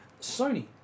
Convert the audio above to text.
sony